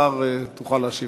השר, תוכל להשיב